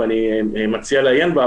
ואני מציע לעיין בה,